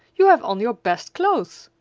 you have on your best clothes!